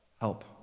help